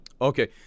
Okay